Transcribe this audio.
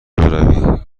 بروی